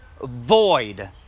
void